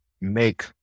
make